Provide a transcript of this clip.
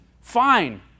fine